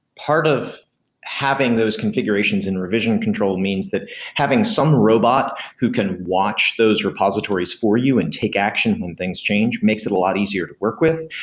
part of having those configurations and revision control means that having some robot who can watch those repositories for you and take action when things change makes it a lot easier to work with.